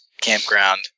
campground